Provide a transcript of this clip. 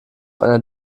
einer